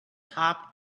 top